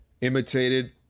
imitated